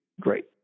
Great